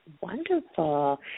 Wonderful